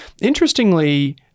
Interestingly